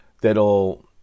that'll